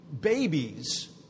babies